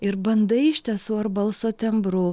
ir bandai iš tiesų ar balso tembru